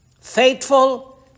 Faithful